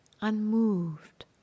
unmoved